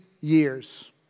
years